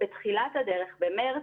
במתחילת הדרך במרץ,